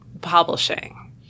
publishing